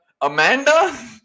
Amanda